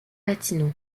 latino